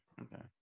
okay